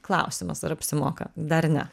klausimas ar apsimoka dar ne